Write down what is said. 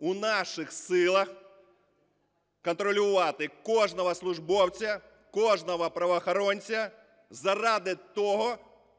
У наших силах контролювати кожного службовця, кожного правоохоронця заради того,